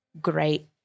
great